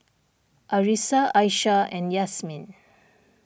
Arissa Aisyah and Yasmin